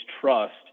trust